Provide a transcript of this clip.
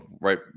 right